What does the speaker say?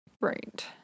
Right